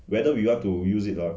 whether we want to us it lah